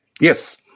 Yes